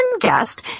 guest